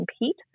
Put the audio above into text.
compete